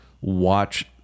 watch